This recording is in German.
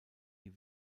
die